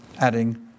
adding